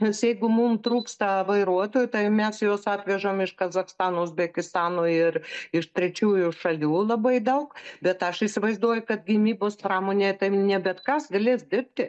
nes jeigu mum trūksta vairuotojų tai mes juos atvežam iš kazachstano uzbekistano ir iš trečiųjų šalių labai daug bet aš įsivaizduoju kad gynybos pramonėj ne bet kas galės dirbti